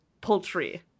poultry